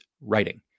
writing